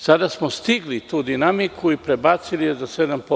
Sada smo stigli tu dinamiku i prebacili je za 7%